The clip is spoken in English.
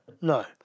No